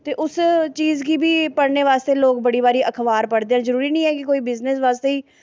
ते उस चीज़ गी बी पढ़ने बास्तै लोग बड़ी बारी अखबार पढ़दे न जरूरी निं ऐ कि बिज़नस बास्तै गै